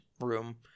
room